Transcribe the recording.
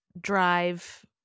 drive